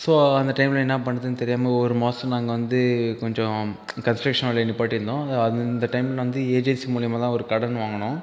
so அந்த டைம்ல என்ன பண்றதுனு தெரியாமல் ஒரு மாதம் நாங்க வந்து கொஞ்சோ கன்ஸ்ரடக்ஷன் வேலையை நிப்பாட்டிருந்தோம் அது அந்த டைமில் வந்து ஏஜென்ஸி மூலயமா தான் ஒரு கடன் வாங்கினோம்